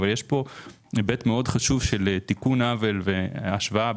אבל יש פה היבט מאוד חשוב של תיקון עוול ושל השוואה,